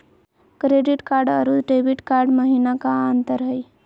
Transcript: Credit card अरू debit card महिना का अंतर हई?